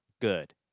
good